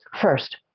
First